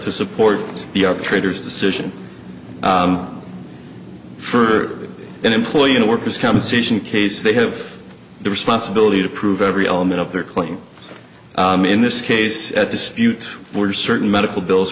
to support the arbitrator's decision for an employee in a worker's compensation case they have the responsibility to prove every element of their claim in this case at dispute were certain medical bills